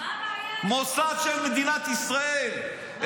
מוסד של מדינת ישראל -- מה הבעיה איתו?